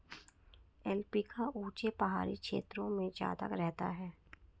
alpaca ऊँचे पहाड़ी क्षेत्रों में ज्यादा रहता है